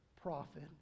prophet